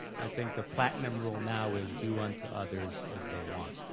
i think the platinum rule now is do unto others as they want.